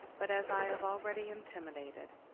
but, as i have already intimated,